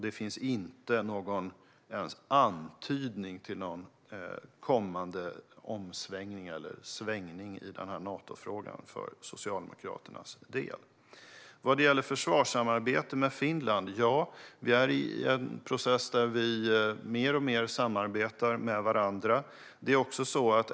Det finns inte någon antydan till någon kommande svängning i Natofrågan för Socialdemokraternas del. Sedan var det försvarssamarbetet med Finland. Ja, vi är i en process där vi samarbetar mer och mer med varandra.